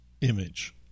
image